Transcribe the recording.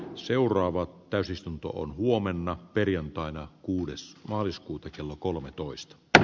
seuraava täysistuntoon huomenna perjantaina kuudes maaliskuuta kello kolmetoista